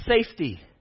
safety